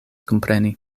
kompreni